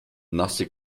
nasse